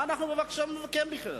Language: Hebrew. מה אנחנו מבקשים מכם בכלל?